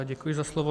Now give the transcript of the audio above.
Děkuji za slovo.